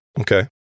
Okay